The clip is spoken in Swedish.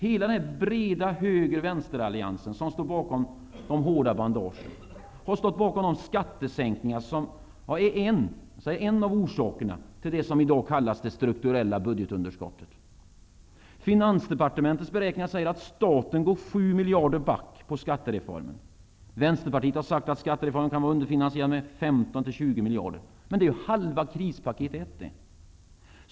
Hela den breda höger--vänster-allians som står bakom de hårda bandagen har stått bakom de skattesänkningar som är en -- jag säger en -- av orsakerna till det som i dag kallas det strukturella budgetunderskottet. Finansdepartementets beräkningar säger att staten går sju miljarder kronor back på skattereformen. Vänsterpartiet har sagt att skattereformen kan vara underfinansierad med ca 15--20 miljarder. Det är halva krispaket 1, det!